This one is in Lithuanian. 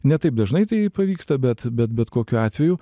ne taip dažnai tai pavyksta bet bet bet kokiu atveju